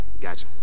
Gotcha